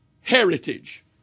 heritage